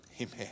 Amen